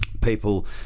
People